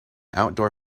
outdoor